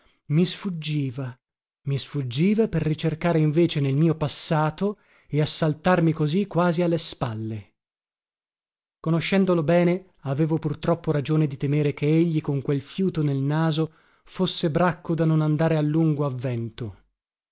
mi sfuggiva mi sfuggiva per ricercare invece nel mio passato e assaltarmi così quasi a le spalle conoscendolo bene avevo pur troppo ragione di temere che egli con quel fiuto nel naso fosse bracco da non andare a lungo a vento